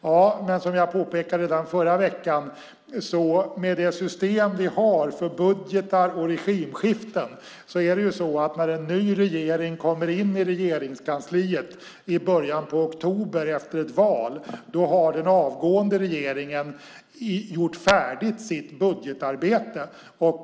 Ja, men som jag påpekade redan förra veckan innebär det system vi har för budgetar och regimskiften att när en ny regering efter ett val kommer in i Regeringskansliet i början av oktober har den avgående regeringen redan färdigställt sitt budgetarbete.